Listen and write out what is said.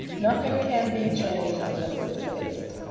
nothing can be changed unless it's faced.